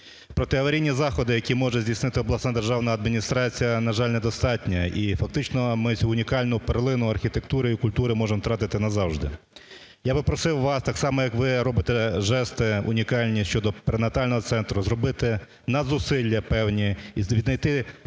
Протиаварійні заходи, які може здійснити обласна державна адміністрація, на жаль, недостатньо, і фактично ми цю унікальну перлину архітектури і культури можемо втратити назавжди. Я би просив вас так само, як ви робите жести унікальні щодо перинатального центру, зробити надзусилля певні і знайти певні